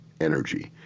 energy